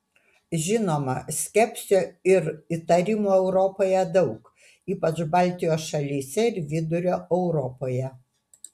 žinoma skepsio ir įtarimų europoje daug ypač baltijos šalyse ir vidurio europoje